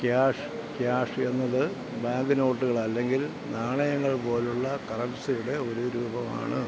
cash cash എന്നത് bank നോട്ടുകളല്ലെങ്കിൽ നാണയങ്ങൾ പോലെയുള്ള കറൻസിയുടെ ഒരു രൂപമാണ്